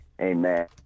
amen